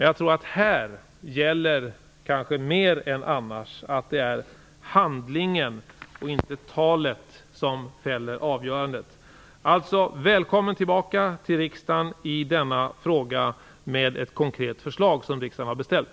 Jag tror att här kanske mer än annars gäller att det är handlingen, inte talet, som fäller avgörandet. Alltså: Välkommen tillbaka till riksdagen i denna fråga med ett konkret förslag, vilket riksdagen har beställt!